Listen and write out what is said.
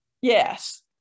Yes